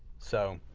so